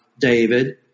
David